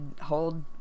hold